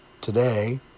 today